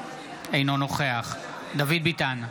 אינו נוכח דוד ביטן,